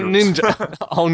Ninja